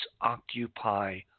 occupy